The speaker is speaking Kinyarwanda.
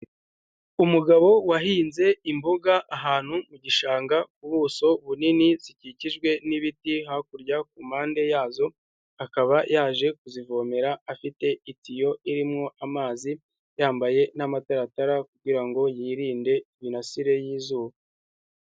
Umugabo wahinze imboga ahantu mu gishanga ku buso bunini zikikijwe n'ibiti hakurya ku mpande yazo, akaba yaje kuzivomera afite itiyo irimwo amazi, yambaye n'amataratara kugira ngo yirinde imirasire y'izuba.